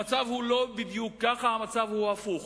המצב הוא לא בדיוק ככה, המצב הוא הפוך.